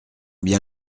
bien